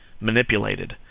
manipulated